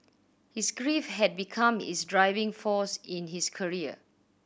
his grief had become his driving force in his career